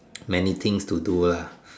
many things to do lah